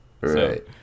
Right